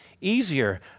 easier